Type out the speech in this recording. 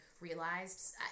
realized